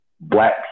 black